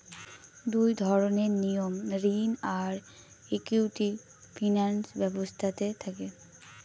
দুই ধরনের নিয়ম ঋণ আর ইকুইটি ফিনান্স ব্যবস্থাতে থাকে